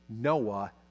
Noah